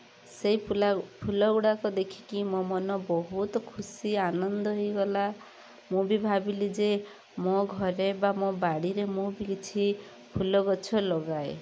ସେହି ଫୁଲା ଫୁଲ ଗୁଡ଼ାକ ଦେଖିକି ମୋ ମନ ବହୁତ ଖୁସି ଆନନ୍ଦ ହେଇଗଲା ମୁଁ ବି ଭାବିଲି ଯେ ମୋ ଘରେ ବା ମୋ ବାଡ଼ିରେ ମୁଁ ବି କିଛି ଫୁଲ ଗଛ ଲଗାଏ